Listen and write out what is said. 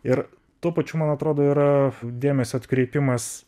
ir tuo pačiu man atrodo yra dėmesio atkreipimas